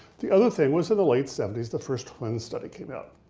the other thing was in the late seventy s, the first twin study came out.